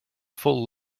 full